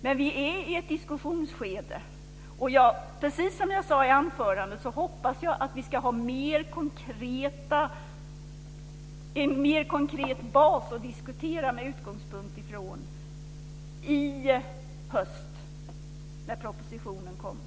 Men vi är i ett diskussionsskede och precis som jag sade i mitt anförande hoppas jag att vi ska ha en mer konkret bas att diskutera utifrån i höst när propositionen kommer.